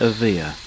Avia